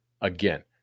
again